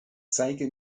zeige